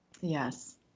Yes